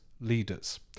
leaders